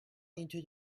into